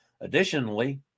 Additionally